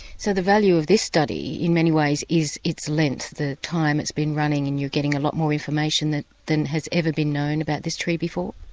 so the value of this study in many ways is its length, the time it's been running and you're getting a lot more information than than has ever been known about this tree before.